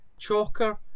Chalker